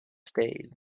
stayed